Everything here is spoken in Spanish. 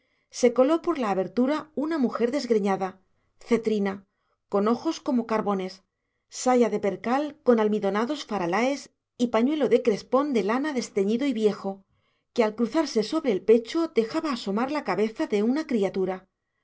se coló por la abertura una mujer desgreñada cetrina con ojos como carbones saya de percal con almidonados faralaes y pañuelo de crespón de lana desteñido y viejo que al cruzarse sobre el pecho dejaba asomar la cabeza de una criatura